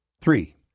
three